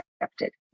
accepted